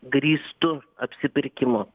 grįstu apsipirkimu